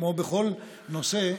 כמו בכל נושא,